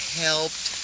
helped